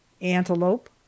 antelope